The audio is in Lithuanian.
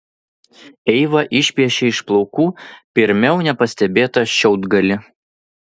eiva išpešė iš plaukų pirmiau nepastebėtą šiaudgalį